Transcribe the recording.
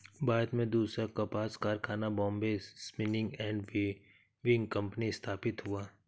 भारत में दूसरा कपास कारखाना Bombay spinning and weaving company स्थापित हुआ